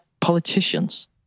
politicians